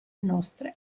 nostre